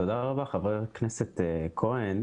תודה רבה, חבר הכנסת כהן.